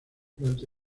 durante